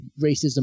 racism